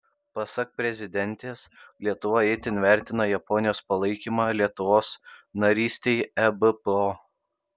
pasak prezidentės lietuva itin vertina japonijos palaikymą lietuvos narystei ebpo